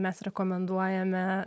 mes rekomenduojame